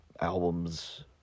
albums